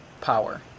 power